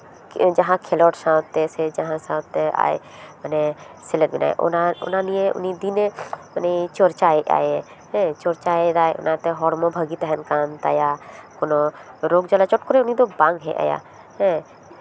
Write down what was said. ᱡᱟᱦᱟᱸ ᱠᱷᱮᱞᱳᱰ ᱥᱟᱶᱛᱮ ᱥᱮ ᱡᱟᱦᱟᱸ ᱥᱟᱶᱛᱮ ᱟᱡ ᱥᱮᱞᱮᱫ ᱢᱮᱱᱟᱭ ᱚᱱᱟ ᱱᱤᱭᱮ ᱩᱱᱤ ᱫᱤᱱᱮ ᱩᱱᱤᱭ ᱪᱚᱨᱪᱟᱭᱮᱫᱼᱟᱭᱮ ᱦᱮᱸ ᱪᱚᱨᱪᱟᱭᱮᱫᱟᱭ ᱚᱱᱟᱛᱮ ᱦᱚᱲᱢᱚ ᱵᱷᱟᱹᱜᱤ ᱛᱟᱦᱮᱱ ᱠᱟᱱ ᱛᱟᱭᱟ ᱠᱳᱱᱳ ᱨᱳᱜᱽ ᱡᱟᱞᱟ ᱪᱚᱴ ᱠᱚᱨᱮ ᱩᱱᱤ ᱫᱚ ᱵᱟᱝ ᱦᱮᱡ ᱟᱭᱟ ᱦᱮᱸ